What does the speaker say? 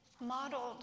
modeled